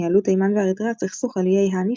ניהלו תימן ואריתריאה סכסוך על איי האניש